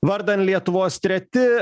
vardan lietuvos treti